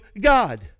God